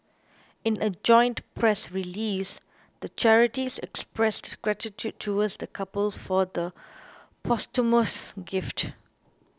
in a joint press release the charities expressed gratitude towards the couple for the posthumous gift